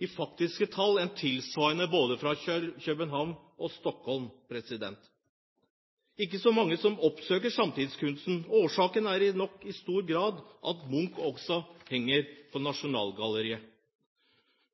i faktiske tall, enn tilsvarende museer både i København og i Stockholm. Det er ikke så mange som oppsøker samtidskunsten, og årsaken er nok i stor grad at Munch også henger på Nasjonalgalleriet.